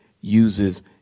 uses